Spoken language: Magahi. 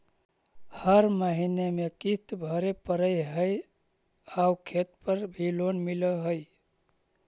हर महीने में किस्त भरेपरहै आउ खेत पर भी लोन मिल है?